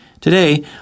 Today